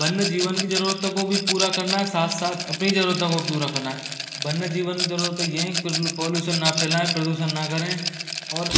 वन्यजीवन की ज़रूरतों को भी पूरा करना है साथ साथ अपनी ज़रूरतों को पूरा करना है वन्यजीवन की ज़रूरतें ये हैं पोल्यूसन ना फैलाएं प्रदूषण ना करें और